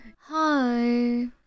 Hi